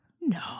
No